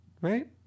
Right